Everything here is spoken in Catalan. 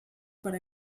per